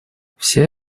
все